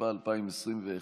התשפ"א 2021,